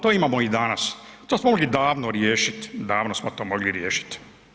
To imamo i danas, to smo mogli davno riješiti, davno smo to mogli riješiti.